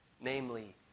namely